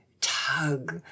tug